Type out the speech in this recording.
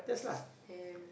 damn